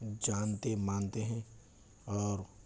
جانتے مانتے ہیں اور